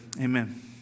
Amen